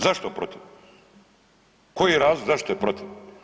Zašto protiv, koji je razlog, zašto je protiv?